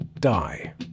Die